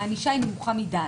הענישה נמוכה מדי.